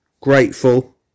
grateful